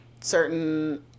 certain –